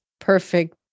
perfect